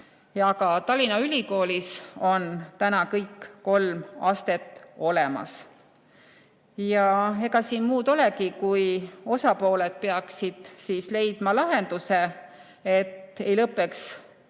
Tallinna Ülikoolis on täna kõik kolm astet olemas. Ja ega siin muud ei olegi, kui osapooled peaksid leidma lahenduse, et ei lõpeks